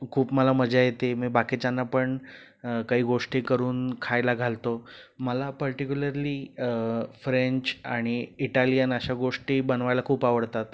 खूप मला मजा येते मी बाकीच्यांना पण काही गोष्टी करून खायला घालतो मला पर्टिक्युलरली फ्रेंच आणि इटालियन अशा गोष्टी बनवायला खूप आवडतात